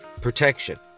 protection